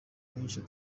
myinshi